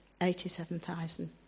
87,000